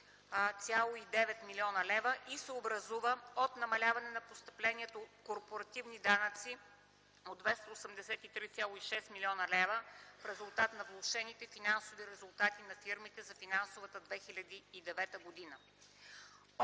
и се образува от намаляване на постъпленията от корпоративните данъци с 283,6 млн. лв. в резултат на влошените финансови резултати на фирмите за финансовата 2009 г.;